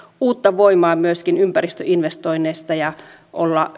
uutta voimaa myöskin ympäristöinvestoinneista ja olla